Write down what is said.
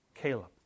caleb